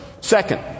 Second